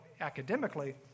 academically